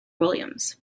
williams